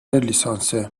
لیسانسه